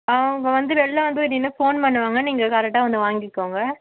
அவங்க வந்து வெளில வந்து நின்று ஃபோன் பண்ணுவாங்க நீங்கள் கரெக்டாக வந்து வாங்கிக்கோங்க